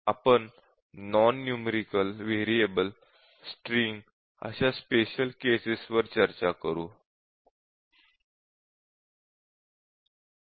आपण non numerical variable string अशा special cases वर चर्चा करूया